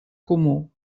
comú